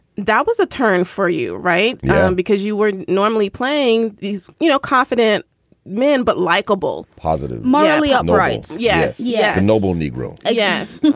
that was a term for you. right. yeah because you were normally playing these, you know, confident men, but likeable, positive mylie up. all right. yes. yeah. a noble negro. yes